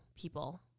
people